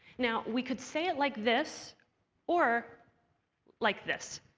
now, we could say it like this or like this.